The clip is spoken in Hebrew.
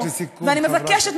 משפט לסיכום בבקשה.